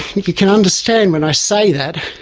if you can understand when i say that,